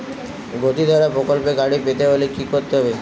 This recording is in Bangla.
গতিধারা প্রকল্পে গাড়ি পেতে হলে কি করতে হবে?